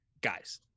guys